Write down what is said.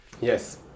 Yes